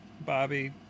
Bobby